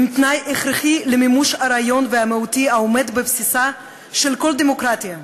הוא תנאי הכרחי למימוש הרעיון המהותי העומד בבסיסה של כל דמוקרטיה,